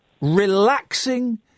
relaxing